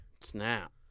Snap